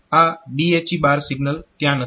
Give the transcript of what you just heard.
આ BHE signal ત્યાં નથી